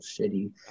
shitty